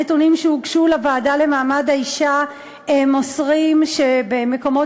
הנתונים שהוגשו לוועדה למעמד האישה מוסרים שבמקומות,